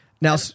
Now